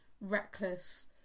reckless